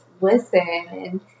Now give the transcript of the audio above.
listen